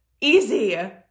easy